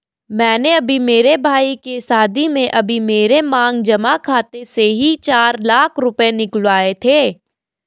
मैंने अभी मेरे भाई के शादी में अभी मेरे मांग जमा खाते से ही चार लाख रुपए निकलवाए थे